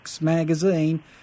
magazine